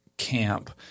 camp